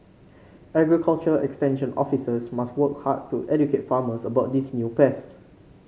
agriculture extension officers must work hard to educate farmers about these new pests